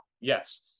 Yes